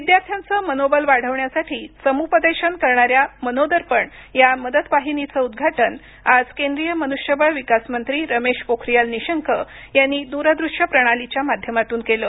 विद्यार्थ्यांचं मनोबल वाढवण्यासाठी समुपदेशन करणाऱ्या मनोदर्पण या मदत वाहिनीचं उद्घाटन आज केंद्रीय मनुष्यबळ विकास मंत्री रमेश पोखरीयाल निशंक यांनी यांनी दूरदृश्य प्रणालीच्या माध्यमातून केलं